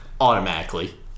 Automatically